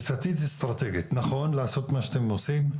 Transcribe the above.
תפיסתית-אסטרטגית נכון לעשות מה שאתם עושים?